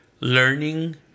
learning